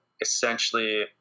essentially